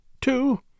two